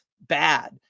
bad